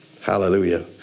Hallelujah